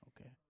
okay